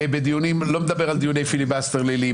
אני לא מדבר על דיוני פיליבסטר ליליים,